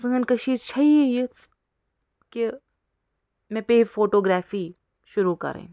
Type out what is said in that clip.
سٲنۍ کٔشیٖر چھےٚ یی یِژھ کہ مےٚ پیٚیہِ فوٹوٗگرافی شُروٗع کَرٕنۍ